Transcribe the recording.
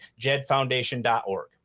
jedfoundation.org